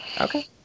Okay